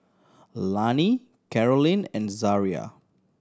Lani Carolynn and Zaria